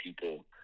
people